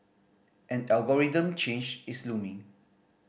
an algorithm change is looming